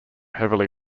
heavily